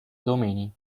domenii